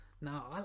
Now